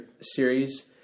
series